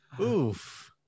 Oof